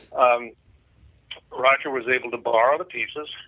um roger was able to borrow the pieces,